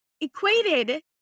equated